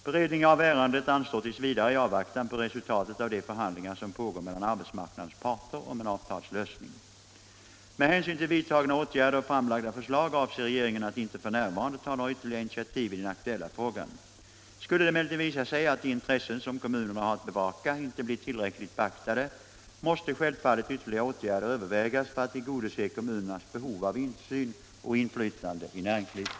Beredningen av ärendet anstår t. v. i avvaktan på resultatet av de förhandlingar som pågår mellan arbetsmarknadens parter om en avtalslösning. Med hänsyn till vidtagna åtgärder och framlagda förslag avser regeringen att inte f.n. ta några ytterligare initiativ i den aktuella frågan. Skulle det emellertid visa sig att de intressen som kommunerna har att bevaka inte blir tillräckligt beaktade, måste självfallet ytterligare åtgärder övervägas för att tillgodose kommunernas behov av insyn och inflytande i näringslivet.